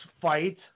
fight